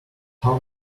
how